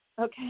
Okay